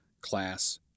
class